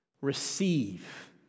receive